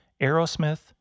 Aerosmith